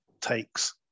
takes